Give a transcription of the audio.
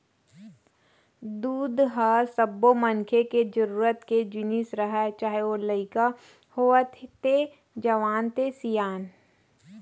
दूद ह सब्बो मनखे के जरूरत के जिनिस हरय चाहे ओ ह लइका होवय ते जवान ते सियान